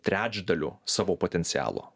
trečdaliu savo potencialo